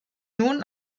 nun